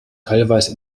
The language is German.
teilweise